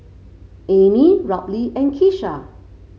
Emmie Robley and Keesha